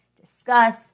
Discuss